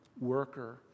worker